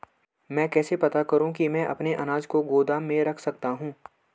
मैं कैसे पता करूँ कि मैं अपने अनाज को गोदाम में रख सकता हूँ?